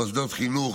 מוסדות חינוך,